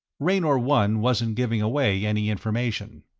raynor one wasn't giving away any information.